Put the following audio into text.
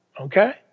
okay